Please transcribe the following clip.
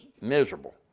miserable